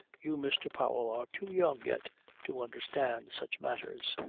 you, mr. powell, are too young yet to understand such matters